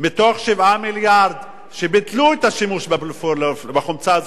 מתוך 7 מיליארד שביטלו את השימוש בחומצה הזאת,